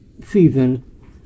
season